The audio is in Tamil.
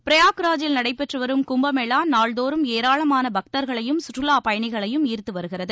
பிரயாக்ராஜில் நடைபெற்று வரும் கும்பமேளா நாள்தோறும் ஏராளமான பக்தர்களையும் சுற்றுலாப்பயணிகளையும் ஈர்த்து வருகிறது